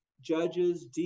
judges